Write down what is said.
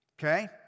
Okay